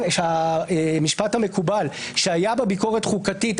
שהמשפט המקובל הוא שהייתה בה אז ביקורת חוקתית.